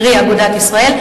קרי אגודת ישראל,